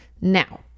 Now